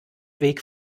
weg